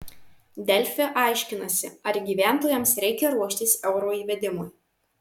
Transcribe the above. delfi aiškinasi ar gyventojams reikia ruoštis euro įvedimui